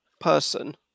person